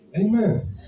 Amen